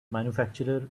manufacturer